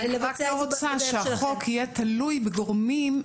אני רק לא רוצה שהחוק יהיה תלוי בגורמים,